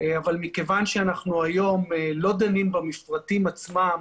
אבל מכיוון שאנחנו היום לא דנים במפרטים עצמם